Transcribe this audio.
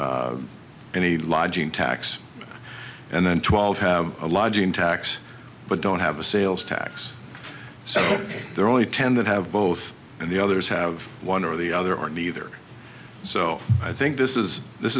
any lodging tax and then twelve have a lodging tax but don't have a sales tax so there are only ten that have both and the others have one or the other or neither so i think this is this